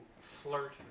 flirt